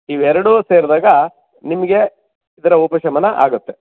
ಇವೆರಡೂ ಸೇರಿದಾಗ ನಿಮಗೆ ಇದರ ಉಪಶಮನ ಆಗುತ್ತೆ